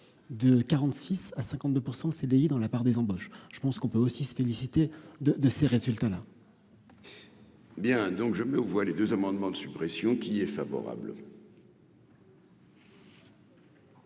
de 46 à 52 % CDI dans la part des embauches, je pense qu'on peut aussi se féliciter de de ces résultats là. Bien donc je mets aux voix les 2 amendements de suppression qui est favorable.